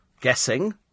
guessing